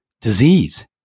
disease